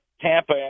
Tampa